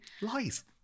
Lies